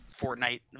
Fortnite